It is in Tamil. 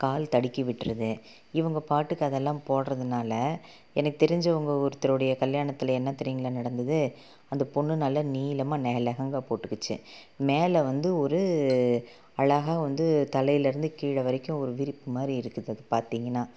கால் தடிக்கி விட்டுருது இவங்க பாட்டுக்கு அதெல்லாம் போடுறதுனால எனக்கு தெரிஞ்சவங்க ஒருத்தரோடைய கல்யாணத்தில் என்ன தெரியுங்களா நடந்தது அந்த பொண்ணு நல்லா நீளமாக ந லெஹங்கா போட்டுக்கிச்சு மேலே வந்து ஒரு அழகாக வந்து தலையிலயிருந்து கீழே வரைக்கும் ஒரு விரிப்பு மாதிரி இருக்குது அது பார்த்தீங்கனா